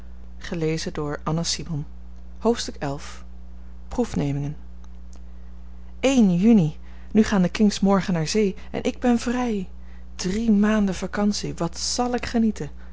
hoofdstuk xi proefnemingen juni nu gaan de kings morgen naar zee en ik ben vrij drie maanden vacantie wat zàl ik genieten